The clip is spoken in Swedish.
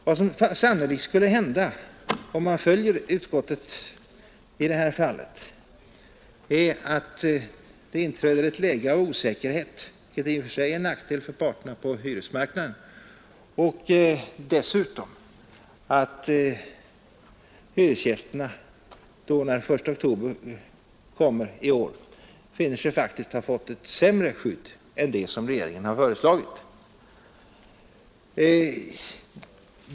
Vad som sannolikt händer, om man följer utskottet i det här fallet, är att det inträder ett läge av osäkerhet, vilket i och för sig är en nackdel för parterna på hyresmarknaden, och dessutom att hyresgästerna när den 1 oktober kommer i år faktiskt finner sig ha fått ett sämre skydd än det som regeringen har föreslagit.